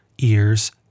ears